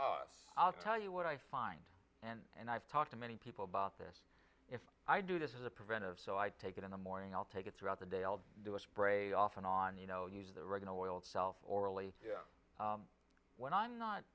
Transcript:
us i'll tell you what i find and i've talked to many people about this if i do this is a preventive so i take it in the morning i'll take it throughout the day i'll do a spray off and on you know use the original oil itself orally when i'm